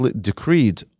decreed